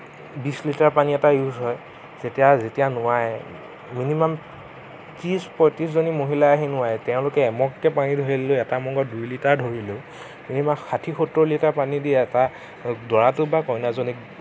বিশ লিটাৰ পানী এটা ইউজ হয় যেতিয়া যেতিয়া নোৱাই মিনিমাম ত্ৰিশ পয়ত্ৰিশজনী মহিলাই আহি নোৱায় তেওঁলোকে এমগকে পানী ঢালিলেও এটা মগত দুই লিটাৰ ধৰিলেও মিনিমাম ষাঠি সত্তৰ লিটাৰ পানী দি এটা দৰাটোক বা কইনাজনীক